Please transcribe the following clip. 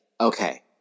okay